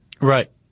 right